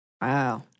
wow